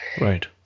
Right